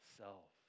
self